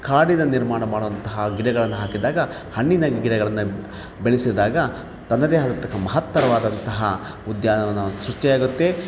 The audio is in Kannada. ಕಾಡಿನ ನಿರ್ಮಾಣ ಮಾಡುವಂತಹ ಗಿಡಗಳನ್ನು ಹಾಕಿದಾಗ ಹಣ್ಣಿನ ಗಿಡಗಳನ್ನು ಬೆಳೆಸಿದಾಗ ತನ್ನದೇ ಆಗಿರ್ತಕ್ಕಂಥ ಮಹತ್ತರವಾದಂತಹ ಉದ್ಯಾನವನ ಸೃಷ್ಟಿ ಆಗುತ್ತೆ